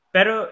Pero